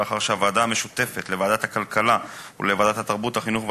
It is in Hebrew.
לאחר שהוועדה המשותפת לוועדת הכלכלה ולוועדת החינוך,